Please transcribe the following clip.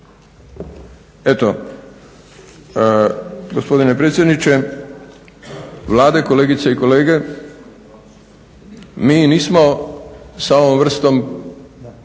Eto gospodine predsjedniče Vlade, kolegice i kolege, mi nismo s ovom vrstom